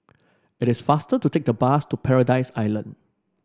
it is faster to take the bus to Paradise Island